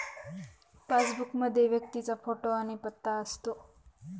passbook मध्ये व्यक्तीचा photo आणि पत्ता असतो